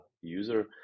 user